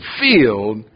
field